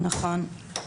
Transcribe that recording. נכון.